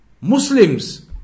Muslims